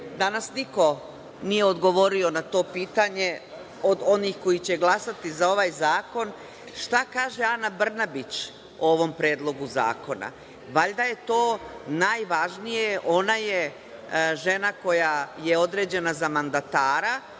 danas niko nije odgovorio na to pitanje od onih koji će glasati za ovaj zakon – šta kaže Ana Brnabić o ovom Predlogu zakona? Valjda je to najvažnije, ona je žena koja je određena za mandatara